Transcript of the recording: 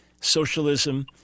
socialism